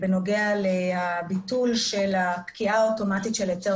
בנוגע לביטול של הפקיעה האוטומטית של היתר